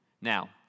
Now